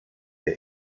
der